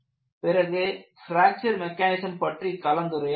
பிறகு fracture mechanism பற்றி கலந்துரையாடினோம்